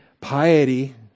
piety